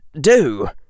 do